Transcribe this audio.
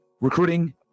recruiting